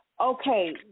okay